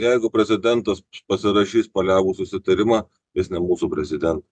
jeigu prezidentas pasirašys paliaubų susitarimą jis ne mūsų prezidentas